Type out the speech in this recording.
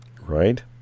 Right